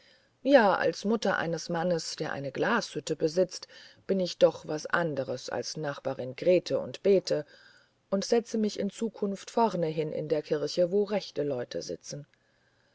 ja als mutter eines mannes der eine glashütte besitzt bin ich doch was anderes als nachbarin grete und bete und setze mich in zukunft vornehin in der kirche wo rechte leute sitzen